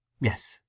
Yes